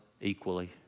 equally